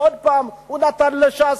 ועוד פעם הוא נתן לש"ס,